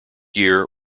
year